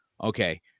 Okay